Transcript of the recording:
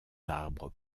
arbres